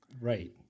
Right